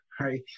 right